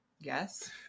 Yes